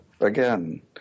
Again